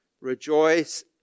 rejoice